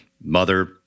mother